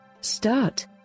Start